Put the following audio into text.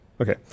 Okay